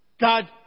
God